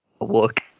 look